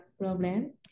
problem